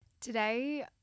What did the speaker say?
Today